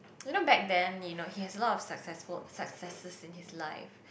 you know back then you know he has a lot successful successes in his life